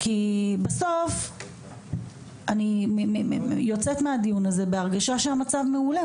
כי בסוף אני יוצאת מהדיון הזה בהרגשה שהמצב מעולה,